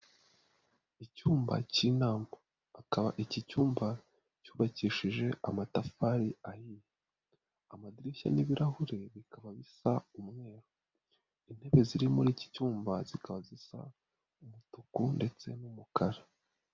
Icyumba cy'inama. Akaba icyi cyumba cyubakishije amatafari ahiye. Amadirishya n'ibirahure bikaba bisa umweru, intebe ziri muri icyi cyumba zikaba zisa umutuku ndetse n'umukara